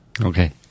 Okay